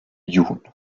jun